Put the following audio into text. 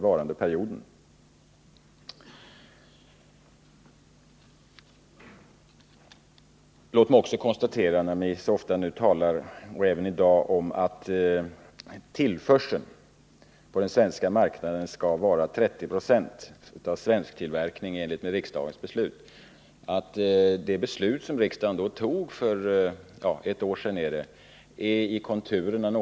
Vi talar så ofta — även i dag — om att 30 96 av tillförseln på den svenska marknaden skall vara av svensk tillverkning, enligt riksdagens beslut. Låt mig då konstatera att det beslutet, som riksdagen fattade för ett år sedan, har något oklara konturer.